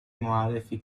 معرفی